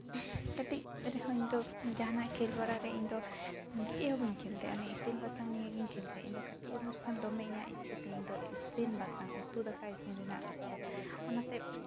ᱠᱟᱹᱴᱤᱡ ᱨᱮᱦᱚᱸ ᱤᱧᱫᱚ ᱡᱟᱦᱟᱱᱟᱜ ᱠᱷᱮᱞ ᱵᱟᱲᱟᱨᱮ ᱤᱧᱫᱚ ᱪᱮᱫ ᱦᱚᱸ ᱵᱟᱹᱧ ᱠᱷᱮᱞ ᱛᱟᱦᱮᱸᱜ ᱤᱥᱤᱱ ᱵᱟᱥᱟᱝ ᱱᱤᱭᱮ ᱜᱤᱧ ᱠᱷᱮᱞ ᱛᱟᱦᱮᱸᱜ ᱤᱧᱫᱚ ᱠᱟᱹᱴᱤᱡ ᱩᱢᱮᱨ ᱠᱷᱚᱱ ᱫᱚᱢᱮ ᱤᱧᱟᱹᱜ ᱤᱪᱪᱷᱟᱹ ᱛᱤᱧ ᱫᱚ ᱤᱥᱤᱱ ᱵᱟᱥᱟᱝ ᱩᱛᱩ ᱫᱟᱠᱟ ᱤᱥᱤᱱ ᱨᱮᱱᱟᱜ ᱤᱪᱪᱷᱟᱹ ᱚᱱᱟᱛᱮ